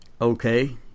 okay